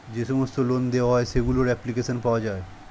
যে সমস্ত লোন দেওয়া হয় সেগুলোর অ্যাপ্লিকেশন পাওয়া যায়